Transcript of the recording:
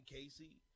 Casey